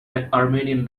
armenian